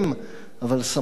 אבל סמכויות